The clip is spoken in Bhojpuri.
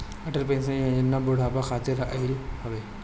अटल पेंशन योजना बुढ़ापा खातिर आईल हवे